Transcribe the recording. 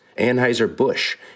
Anheuser-Busch